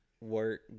work